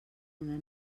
una